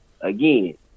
Again